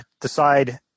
decide